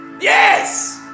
Yes